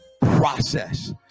process